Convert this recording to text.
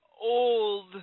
old